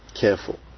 careful